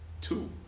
Two